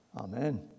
Amen